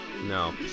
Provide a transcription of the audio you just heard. No